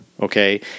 okay